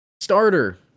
starter